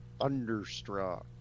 Understruck